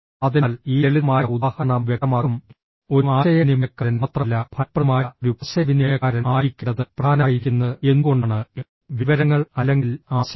അതിനാൽ ഈ ലളിതമായ ഉദാഹരണം വ്യക്തമാക്കും ഒരു ആശയവിനിമയക്കാരൻ മാത്രമല്ല ഫലപ്രദമായ ഒരു ആശയവിനിമയക്കാരൻ ആയിരിക്കേണ്ടത് പ്രധാനമായിരിക്കുന്നത് എന്തുകൊണ്ടാണ് വിവരങ്ങൾ അല്ലെങ്കിൽ ആശയങ്ങൾ